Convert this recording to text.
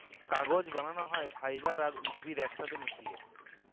কাগজ বালাল হ্যয় ফাইবার আর উদ্ভিদ ইকসাথে মিশায়